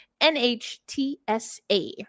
NHTSA